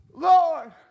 Lord